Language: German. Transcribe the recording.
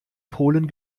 polen